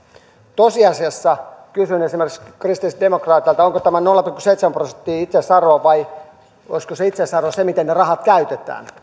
tosiasiassa kysyn esimerkiksi kristillisdemokraateilta onko tämä nolla pilkku seitsemän prosenttia itseisarvo vai olisiko se itseisarvo se miten ne rahat käytetään